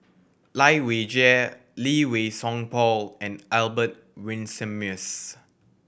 Lai Weijie Lee Wei Song Paul and Albert Winsemius